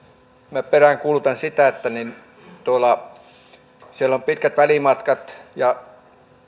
iisalmesta peräänkuulutan sitä että kun siellä on pitkät välimatkat ja